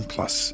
Plus